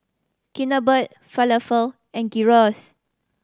Chigenabe Falafel and Gyros